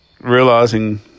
realizing